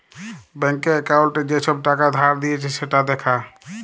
ব্যাংকে একাউল্টে যে ছব টাকা ধার লিঁয়েছে সেট দ্যাখা